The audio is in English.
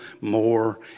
more